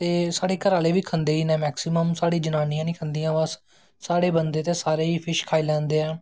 ते साढ़े घरआखले बी खंदे मैकसिमम साढ़ी जनानियां नी खंदियां बस साढ़े बंदे ते सारे ही फिश खाई लैंदे न